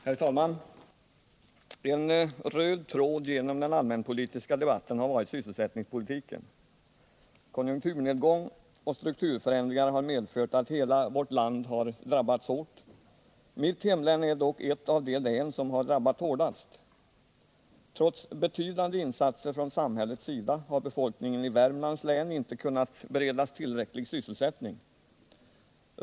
Herr talman! En röd tråd genom den allmänpolitiska debatten har varit sysselsättningspolitiken. Konjunkturnedgång och strukturförändringar har medfört att hela vårt land har drabbats hårt — mitt hemlän är dock ett av de län som har drabbats hårdast. Trots betydande insatser från samhällets sida har befolkningen i Värmlands län inte kunnat beredas tillräcklig sysselsättning.